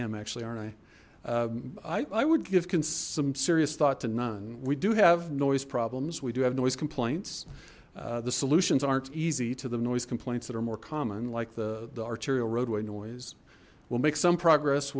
am actually aren't i i would give consume serious thought to none we do have noise problems we do have noise complaints the solutions aren't easy the noise complaints that are more common like the the arterial roadway nose we'll make some progress